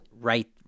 right